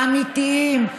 האמיתיים,